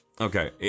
okay